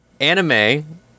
Anime